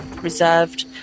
Reserved